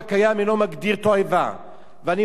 ואני מסכים שיש בעיה בקטע הזה,